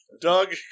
Doug